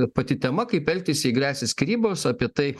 pati tema kaip elgtis jei gresia skyrybos apie tai